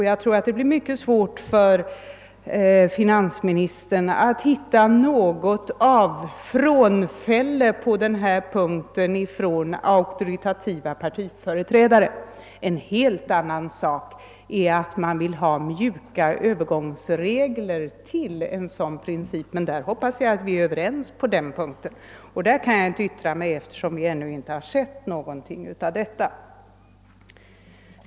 Jag tror att det blir mycket svårt för finansministern att hitta något av frånfälle på denna punkt från auktoritativa partiföreträdare. En helt annan sak är att man vill ha mjuka övergångsregler till en sådan princip. Jag hoppas att vi är överens på den punkten, men där kan jag inte yttra mig, eftersom vi ännu inte har sett någonting av det.